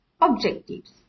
objectives